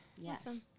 Yes